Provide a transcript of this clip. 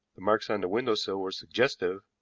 the marks on the window-sill were suggestive,